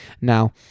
Now